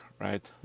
right